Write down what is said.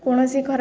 କୌଣସି ଖରାପ